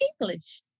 English